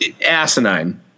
asinine